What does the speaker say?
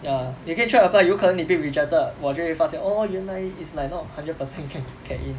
ya you can try apply 有可能你被 rejected 我就会发现 oh 原来 it's like not hundred percent can get in